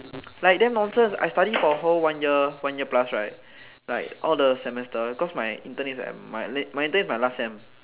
like damn nonsense I study for whole one year one year plus right like all the semester cause my intern is at my late my intern is my last sem